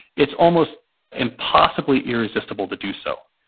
it's almost impossibly irresistible to do so.